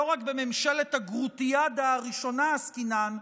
לא רק בממשלת הגרוטיאדה הראשונה עסקינן,